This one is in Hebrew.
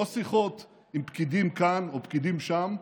לא שיחות עם פקידים כאן או פקידים שם,